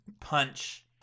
punch